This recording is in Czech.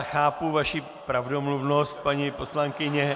Chápu vaši pravdomluvnost, paní poslankyně.